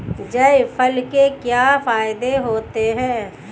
जायफल के क्या फायदे होते हैं?